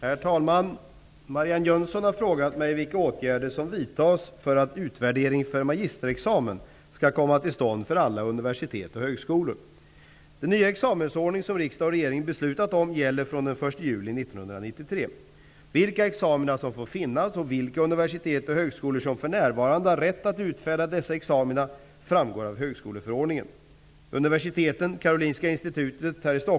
Herr talman! Marianne Jönsson har frågat mig vilka åtgärder som vidtas för att utvärdering för magisterexamen skall komma till stånd för alla universitet och högskolor. Den nya examensordning som riksdag och regering beslutat om gäller från den 1 juli 1993. Vilka examina som får finnas och vilka universitet och högskolor som för närvarande har rätt att utfärda dessa examina framgår av högskoleförordningen.